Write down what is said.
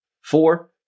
Four